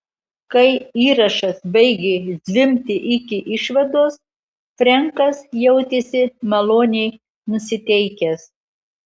kai įrašas baigė zvimbti iki išvados frenkas jautėsi maloniai nusiteikęs